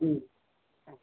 ம்